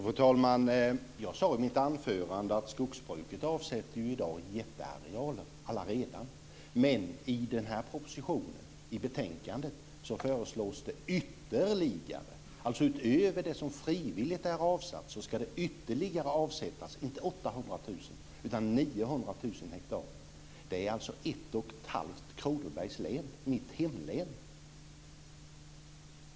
Fru talman! Jag sade i mitt anförande att skogsbruket redan i dag avsätter jättearealer. Men i propositionen och betänkandet föreslås ytterligare avsättningar. Utöver det som avsätts frivilligt ska det avsättas ytterligare 900 000 hektar. Det är ett och ett halvt Kronobergs län - mitt hemlän.